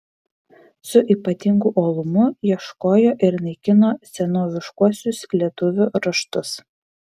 su ypatingu uolumu ieškojo ir naikino senoviškuosius lietuvių raštus